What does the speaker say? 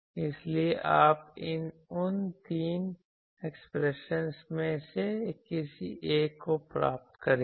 इसलिए आप उन तीन एक्सप्रेशन में से किसी एक को प्राप्त करेंगे